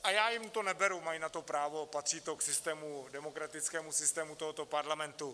A já jim to neberu, mají na to právo, patří to k demokratickému systému tohoto parlamentu.